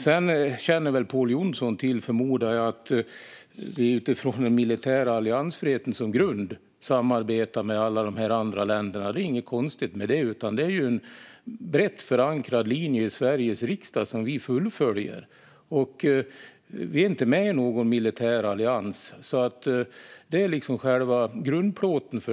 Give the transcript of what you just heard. Sedan förmodar jag att Pål Jonson känner till att det är med den militära alliansfriheten som grund som vi samarbetar med alla de andra länderna. Det är inget konstigt med det, utan det är en brett förankrad linje i Sveriges riksdag som vi fullföljer. Vi är inte med i någon militär allians - det är liksom själva grundplåten.